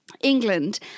England